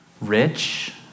rich